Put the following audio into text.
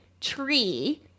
tree